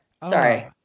Sorry